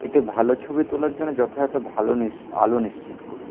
একটু ভালো ছবি তোলার জন্য যথাযথ ভালো নিস আলো নিশ্চিত করুন